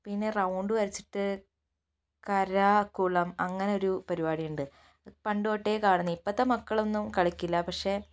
പിന്നെ റൗണ്ട് വരച്ചിട്ട് കര കുളം അങ്ങനെ ഒരു പരിപാടി ഉണ്ട് പണ്ടുതൊട്ടേ കാണുന്ന ഇപ്പഴത്തെ മക്കളൊന്നും കളിക്കില്ല പക്ഷേ